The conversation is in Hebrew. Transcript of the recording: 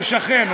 הוא שכן,